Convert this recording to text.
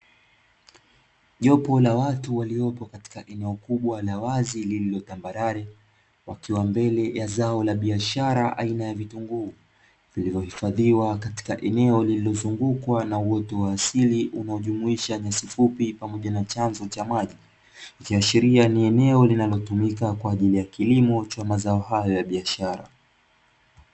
Jopo la watu waliopo katika eneo kubwa la wazi lililo tambarare, wakiwa mbele la zao la biashara aina ya vitunguu vilivyo hifadhiwa katika eneo lililo zungukwa na uoto wa asili, unaojumuisha nyasi fupi pamoja na chanzo cha maji. Likihashiria ni eneo linalotumika kwa ajili ya kilimo cha mazao hayo ya biashara.